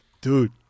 Dude